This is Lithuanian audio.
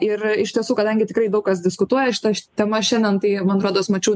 ir iš tiesų kadangi tikrai daug kas diskutuoja šita tema šiandien tai man rodos mačiau